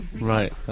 Right